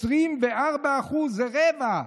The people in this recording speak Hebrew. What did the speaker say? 24% זה רבע,